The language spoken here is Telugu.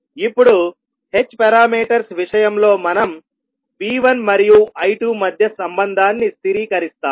ఇప్పుడు h పారామీటర్స్ విషయంలో మనం V1 మరియు I2 మధ్య సంబంధాన్ని స్థిరీకరిస్తాము